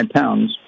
pounds